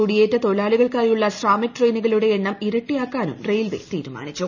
കുടിയേറ്റ തൊഴിലാളികൾക്കായുള്ള ശ്രാമിക് ട്രെയിനുകളുടെ എണ്ണം ഇരട്ടിയാക്കാനും റെയിൽവേ തീരുമാനിച്ചു